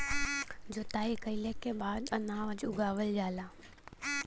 जोताई कइले के बाद अनाज उगावल जाला